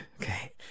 okay